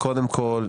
קודם כל,